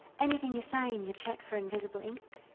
anything you sign, you check for invisible ink.